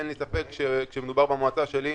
אין לי ספק שכשמדובר במועצה שלי,